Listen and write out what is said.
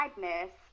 sadness